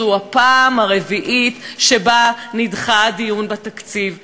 זו הפעם הרביעית שהדיון בתקציב נדחה.